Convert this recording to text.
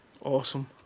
Awesome